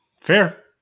fair